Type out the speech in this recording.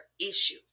issue